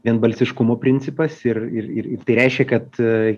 vienbalsiškumo principas ir ir ir ir tai reiškia kad